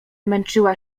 męczyła